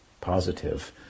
positive